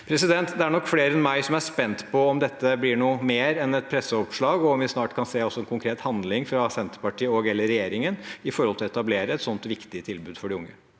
trygghetshus. Det er nok flere enn meg som er spent på om dette blir noe mer enn et presseoppslag, og om vi snart også kan se konkret handling fra Senterpartiet og/eller regjeringen når det gjelder å etablere et sånt viktig tilbud for de unge.